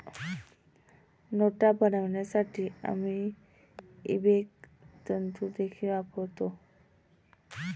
नोटा बनवण्यासाठी आम्ही इबेक तंतु देखील वापरतो